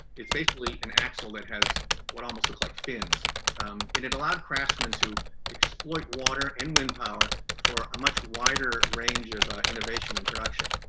it's basically an axle that has what almost look like fins. and it allowed craftsmen to exploit water and wind power for a much wider range of ah innovation and production.